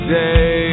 day